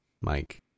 Mike